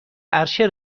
عرشه